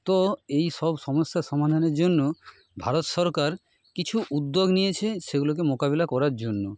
তো এইসব সমস্যা সমাধানের জন্য ভারত সরকার কিছু উদ্যোগ নিয়েছে সেগুলোকে মোকাবিলা করার জন্য